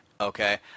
Okay